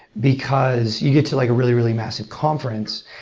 because you get to like a really, really massive conference,